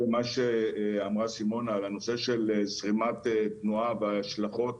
ההשפעה הצפויה על זרימת התנועה בדרכים